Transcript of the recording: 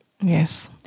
Yes